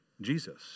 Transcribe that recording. Jesus